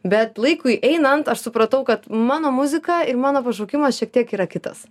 bet laikui einant aš supratau kad mano muzika ir mano pašaukimas šiek tiek yra kitas